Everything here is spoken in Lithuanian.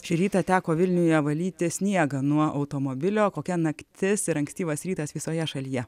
šį rytą teko vilniuje valyti sniegą nuo automobilio kokia naktis ir ankstyvas rytas visoje šalyje